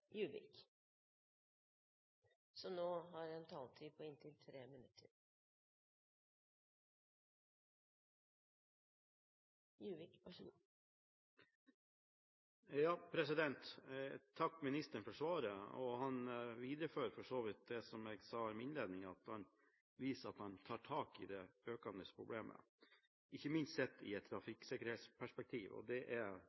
han viderefører for så vidt det jeg sa i innledningen min, nemlig at han viser at han tar tak i det økende problemet – ikke minst sett i et trafikksikkerhetsperspektiv, og det er